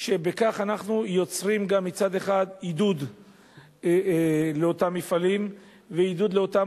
שבכך אנחנו יוצרים מצד אחד עידוד לאותם מפעלים ועידוד לאותם